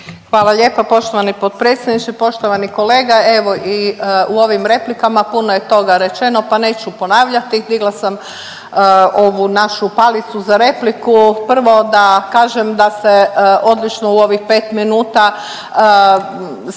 Hvala lijepa poštovani potpredsjedniče. Poštovani kolega, evo i u ovim replikama puno je toga rečeno, pa neću ponavljati, digla sam ovu našu palicu za repliku prvo da kažem da ste odlično u ovih 5 minuta saželi